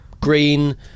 Green